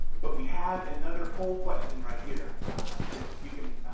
but we have another poll question right here that you can